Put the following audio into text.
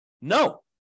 No